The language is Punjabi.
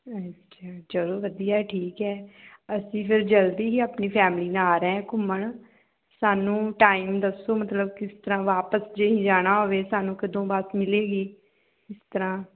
ਅੱਛਾ ਚਲੋ ਵਧੀਆ ਠੀਕ ਹੈ ਅਸੀਂ ਫਿਰ ਜਲਦੀ ਹੀ ਆਪਣੀ ਫੈਮਲੀ ਨਾਲ ਆ ਰਹੇ ਘੁੰਮਣ ਸਾਨੂੰ ਟਾਈਮ ਦੱਸੋ ਮਤਲਬ ਕਿਸ ਤਰ੍ਹਾਂ ਵਾਪਸ ਜੇ ਅਸੀਂ ਜਾਣਾ ਹੋਵੇ ਸਾਨੂੰ ਕਦੋਂ ਬੱਸ ਮਿਲੇਗੀ ਇਸ ਤਰ੍ਹਾਂ